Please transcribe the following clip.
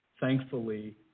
Thankfully